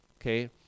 Okay